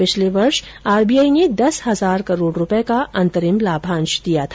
पिछले वर्ष में आरबीआई ने दस हजार करोड रूपए का अंतरिम लाभांश दिया था